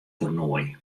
toernoai